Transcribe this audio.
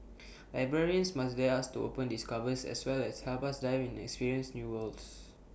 librarians must dare us to open these covers as well as help us dive in and experience new worlds